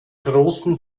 großen